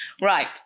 Right